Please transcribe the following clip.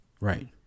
Right